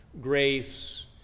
grace